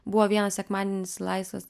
buvo vienas sekmadienis laisvas